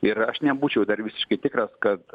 ir aš nebūčiau dar visiškai tikras kad